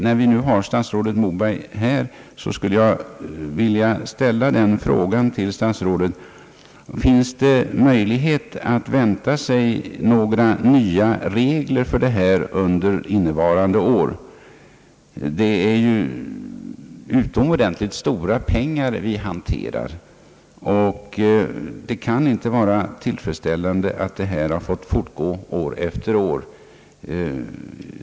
När vi nu har statsrådet Moberg närvarande i kammaren, skulle jag vilja ställa den frågan till honom: Finns det möjlighet att vi får några nya regler för detta under innevarande år? Här gäller det ju mycket stora pengar, och det kan inte vara tillfredsställande att detta har fått fortgå år efter år.